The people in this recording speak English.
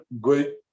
great